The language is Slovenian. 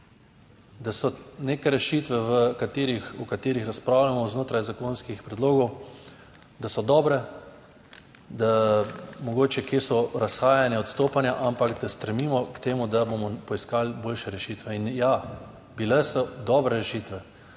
Da so neke rešitve v katerih, o katerih razpravljamo znotraj zakonskih predlogov, da so dobre, da mogoče kje so razhajanja, odstopanja, ampak da stremimo k temu, da bomo poiskali boljše rešitve. In ja, bile so dobre rešitve